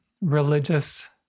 religious